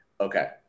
Okay